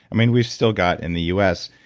i mean, we've still got in the us,